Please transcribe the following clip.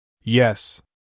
Yes